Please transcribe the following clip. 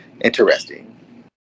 interesting